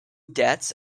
deaths